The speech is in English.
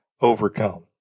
overcome